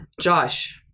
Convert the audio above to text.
Josh